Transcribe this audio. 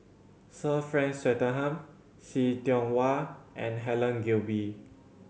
Sir Frank Swettenham See Tiong Wah and Helen Gilbey